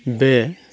बे